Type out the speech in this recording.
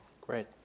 Great